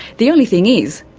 the only thing is,